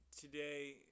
today